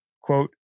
quote